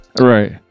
right